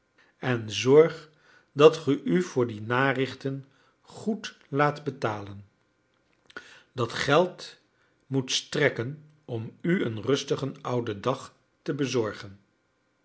en zorg dat ge u voor die narichten goed laat betalen dat geld moet strekken om u een rustigen ouden dag te bezorgen